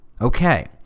Okay